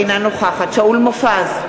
אינה נוכחת שאול מופז,